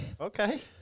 Okay